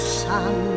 sun